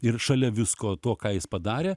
ir šalia visko to ką jis padarė